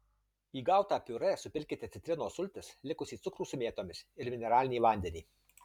į gautą piurė supilkite citrinos sultis likusį cukrų su mėtomis ir mineralinį vandenį